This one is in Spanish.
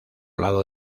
lado